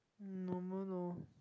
normal lor